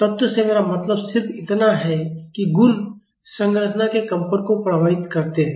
तत्वों से मेरा मतलब सिर्फ इतना है कि गुण संरचना के कंपन को प्रभावित करते हैं